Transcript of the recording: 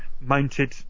mounted